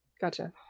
gotcha